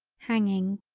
hanging.